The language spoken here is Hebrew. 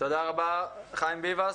תודה רבה, חיים ביבס.